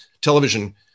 television